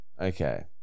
Okay